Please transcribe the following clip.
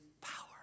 power